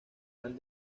han